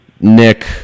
Nick